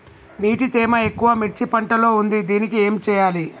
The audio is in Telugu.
నీటి తేమ ఎక్కువ మిర్చి పంట లో ఉంది దీనికి ఏం చేయాలి?